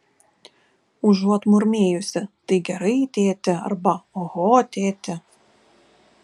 užuot murmėjusi tai gerai tėti arba oho tėti